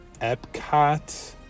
Epcot